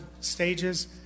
stages